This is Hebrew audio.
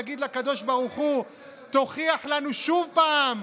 יגיד לקדוש ברוך הוא: תוכיח לנו עוד פעם,